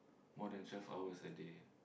more than twelve hours a day